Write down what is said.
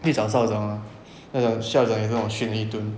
去找校长 ah 校长校长给我训了一顿